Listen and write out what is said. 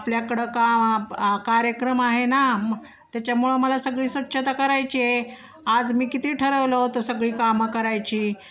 आपल्याकडं का कार्यक्रम आहे ना त्याच्यामुळं मला सगळी स्वच्छता करायची आहे आज मी किती ठरवलं होतं सगळी कामं करायची